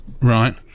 Right